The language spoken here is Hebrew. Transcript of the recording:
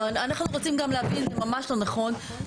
לא, אנחנו רוצים גם להבין, ממש לא נכון.